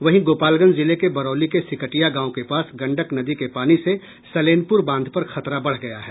वहीं गोपालगंज जिले के बरौली के सिकटिया गांव के पास गंडक नदी के पानी से सलेनपुर बांध पर खतरा बढ़ गया है